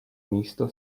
místo